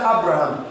Abraham